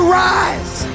rise